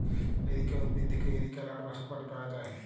areca উদ্ভিদ থেক্যে areca লাট বা সুপারি পায়া যায়